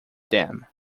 dam